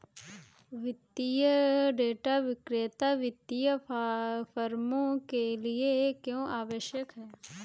वित्तीय डेटा विक्रेता वित्तीय फर्मों के लिए क्यों आवश्यक है?